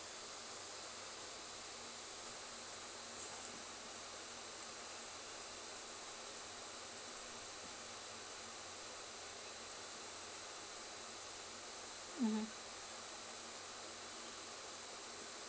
mmhmm